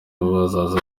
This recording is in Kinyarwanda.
bazaza